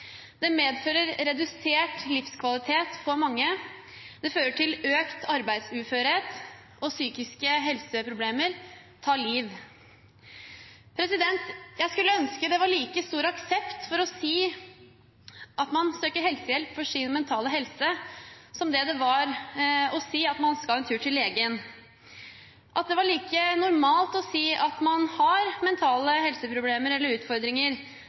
Det medfører redusert livskvalitet for mange. Det fører til økt arbeidsuførhet, og psykisk helse-problemer tar liv. Jeg skulle ønske det var like stor aksept for å si at man søker helsehjelp for sin mentale helse, som det er for å si at man skal en tur til legen, at det var like normalt å si at man har mental helse-problemer eller